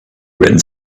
written